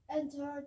Enter